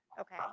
Okay